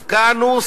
הפקענו,